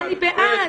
אני בעד.